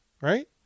right